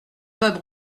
bas